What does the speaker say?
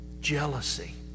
jealousy